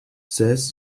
says